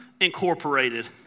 Incorporated